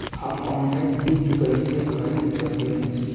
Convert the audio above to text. हम ऑनलाइन बीज कईसे खरीद सकतानी?